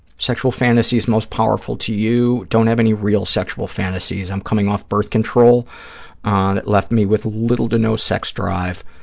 sexual fantasies most powerful to you. don't have any real sexual fantasies. i'm coming off birth control that left me with little to no sex drive.